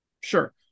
sure